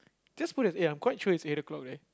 just put as eight I'm quite sure is eight o-clock leh